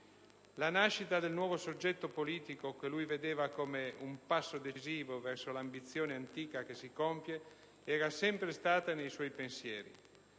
La nascita del nuovo soggetto politico, che lui vedeva come un passo decisivo verso l'ambizione antica che si compie, era sempre stata nei suoi pensieri.